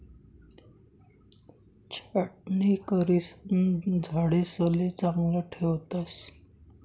छाटणी करिसन झाडेसले चांगलं ठेवतस